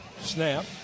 snap